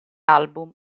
album